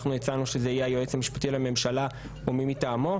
אנחנו הצענו שזה יהיה היועץ המשפטי לממשלה או מי מטעמו,